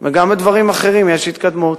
וגם בדברים אחרים יש התקדמות,